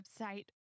website